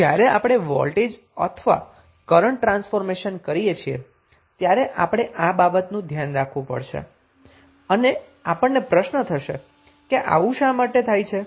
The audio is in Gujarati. તો જ્યારે આપણે વોલ્ટેજ અથવા કરન્ટ ટ્રાન્સફોર્મેશન કરીએ છીએ ત્યારે આપણે આ ધ્યાન રાખવું પડશે અને આપણને પ્રશ્ન થશે કે આવું શું કામ થાય છે